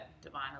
divine